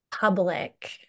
public